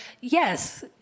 yes